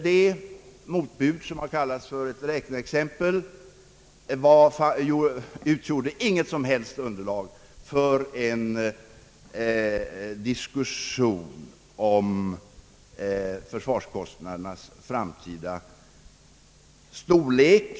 Detta motbud, som har kallats för ett räkneexempel, utgjorde enligt socialdemokraternas mening inget underlag för en diskussion om försvarskostnadernas framtida storlek.